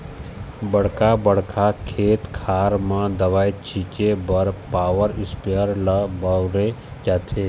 बड़का बड़का खेत खार म दवई छिंचे बर पॉवर इस्पेयर ल बउरे जाथे